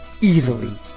easily